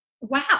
wow